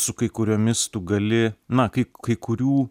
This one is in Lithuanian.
su kai kuriomis tu gali na kaip kai kurių